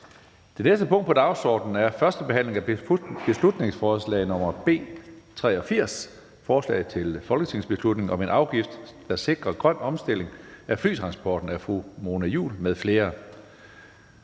Det næste punkt på dagsordenen er: 8) 1. behandling af beslutningsforslag nr. B 83: Forslag til folketingsbeslutning om en afgift, der sikrer grøn omstilling af flytransporten. Af Mona Juul (KF) m.fl.